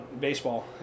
Baseball